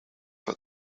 what